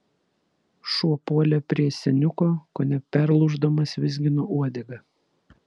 šuo puolė prie seniuko kone perlūždamas vizgino uodegą